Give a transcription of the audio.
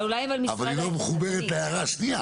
אבל היא לא מחוברת להערה השנייה.